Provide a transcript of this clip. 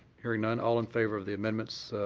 hearing none, all in favor of the amendments